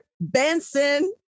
Benson